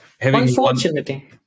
Unfortunately